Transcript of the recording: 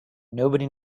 nobody